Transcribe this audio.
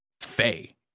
Faye